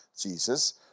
Jesus